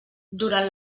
durant